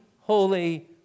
holy